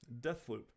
Deathloop